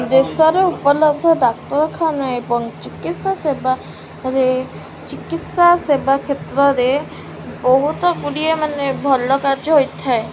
ଦେଶରେ ଉପଲବ୍ଧ ଡାକ୍ତରଖାନା ଏବଂ ଚିକିତ୍ସା ସେବାରେ ଚିକିତ୍ସା ସେବା କ୍ଷେତ୍ରରେ ବହୁତ ଗୁଡ଼ିଏ ମାନେ ଭଲ କାର୍ଯ୍ୟ ହୋଇଥାଏ